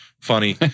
Funny